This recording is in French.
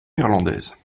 irlandaise